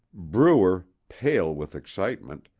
brewer, pale with excitement,